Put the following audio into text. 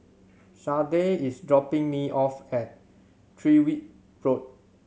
Sharday is dropping me off at Tyrwhitt Road